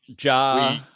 Ja